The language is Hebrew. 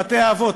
בבתי-אבות,